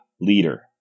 leader